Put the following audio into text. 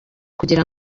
kugira